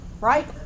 Right